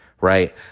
right